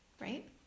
right